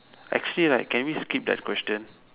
actually like can we skip that question